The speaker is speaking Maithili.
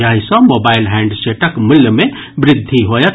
जाहि सॅ मोबाईल हैंडसेटक मूल्य मे वृद्धि होयत